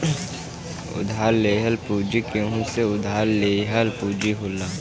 उधार लेहल पूंजी केहू से उधार लिहल पूंजी होला